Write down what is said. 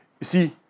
see